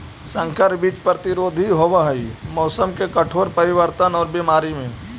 संकर बीज प्रतिरोधी होव हई मौसम के कठोर परिवर्तन और बीमारी में